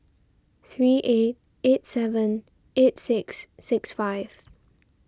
three eight eight seven eight six six five